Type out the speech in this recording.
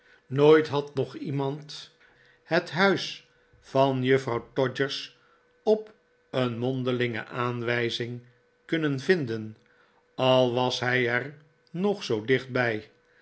nooit had nog iemand het huis van juffrouw todgers op een mondelinge aanwijzing kunnen vinden al was hij er nog zoo dichtbij